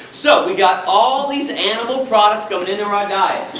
so, we got all these animal products going into our ah diet.